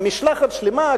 עם משלחת שלמה,